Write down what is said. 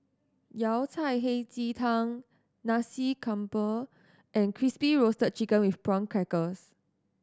Yao Cai Hei Ji Tang Nasi Campur and Crispy Roasted Chicken with Prawn Crackers